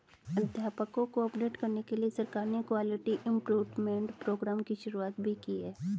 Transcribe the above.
अध्यापकों को अपडेट करने के लिए सरकार ने क्वालिटी इम्प्रूव्मन्ट प्रोग्राम की शुरुआत भी की है